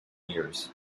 years